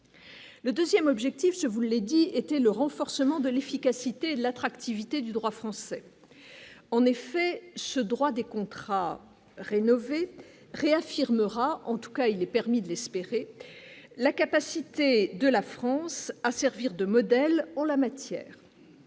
Le 2ème objectif, je vous l'ai dit, était le renforcement de l'efficacité de l'attractivité du droit français, en effet, ce droit des contrats rénover réaffirmera en tout cas, il est permis d'espérer la capacité de la France à servir de modèle en la matière.